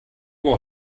uhr